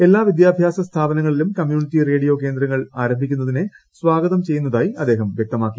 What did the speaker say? എല്ലാ വിദ്യാഭ്യാസ സ്ഥാപനങ്ങളിലും കമ്മ്യൂണിറ്റി റേഡിയോ കേന്ദ്രങ്ങൾ ആരംഭിക്കുന്നതിനെ സ്വാഗതം ചെയ്യുന്നതായി അദ്ദേഹം വ്യക്തമാക്കി